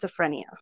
schizophrenia